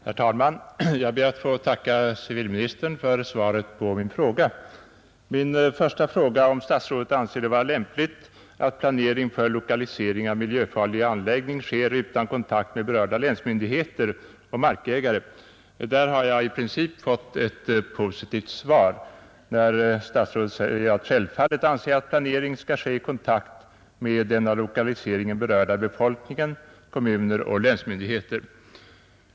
Herr talman! Jag ber att få tacka civilministern för svaret på min interpellation. På min första fråga, om statsrådet ”anser det vara lämpligt att planering för lokalisering av miljöfarlig anläggning sker utan kontakt med berörda länsmyndigheter och markägare”, har jag i princip fått ett positivt svar, när statsrådet säger att han självfallet anser att planering skall ske ”i kontakt med den av lokaliseringen berörda befolkningen, kommuner och länsmyndigheter”.